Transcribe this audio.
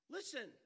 Listen